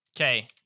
Okay